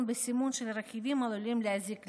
בסימון של רכיבים העלולים להזיק לבריאות.